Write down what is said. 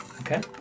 Okay